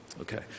Okay